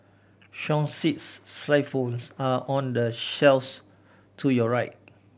song sheets xylophones are on the shelfs to your right